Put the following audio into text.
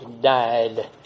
died